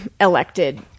elected